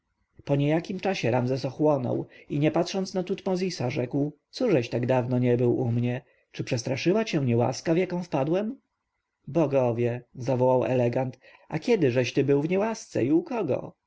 po niejakim czasie ramzes ochłonął i nie patrząc na tutmozisa rzekł cóżeś tak dawno nie był u mnie czy przestraszyła cię niełaska w jaką wpadłem bogowie zawołał elegant a kiedyżeś ty był w niełasce i u kogo